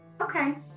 Okay